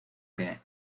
que